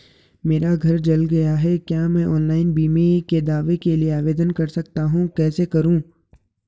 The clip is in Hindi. मेरा घर जल गया है क्या मैं ऑनलाइन बीमे के दावे के लिए आवेदन कर सकता हूँ कैसे करूँ?